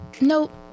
Nope